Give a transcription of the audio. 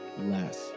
less